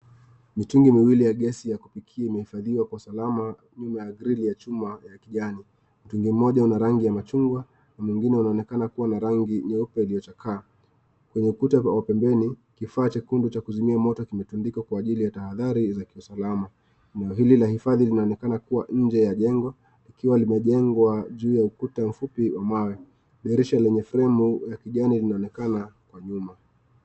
Mitungi miwili ya gesi ya kupikia imehifadhiwa kwa salama nyuma ya grili ya chuma ya kijani. Mtungi mmoja una rangi ya machungwa na mwingine unaonekana kuwa na rangi nyeupe iliyochakaa. Kwenye ukuta wa pembeni, kifaa chekundu cha kuzimia moto kimetundikwa kwa ajili ya tahadhari za kiusalama. Eneo hili la hifadhi linaonekana kuwa nje ya jengo, likiwa limejengwa juu ya ukuta mfupi wa mawe. Dirisha lenye fremu ya kijani linaonekana kwa nyuma.